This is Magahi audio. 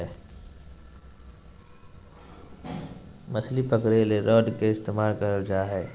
मछली पकरे ले रॉड के इस्तमाल कइल जा हइ